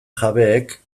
jabeek